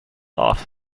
after